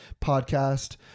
Podcast